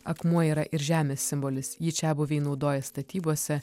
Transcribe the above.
akmuo yra ir žemės simbolis jį čiabuviai naudoja statybose